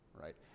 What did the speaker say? Right